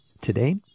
Today